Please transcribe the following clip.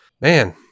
man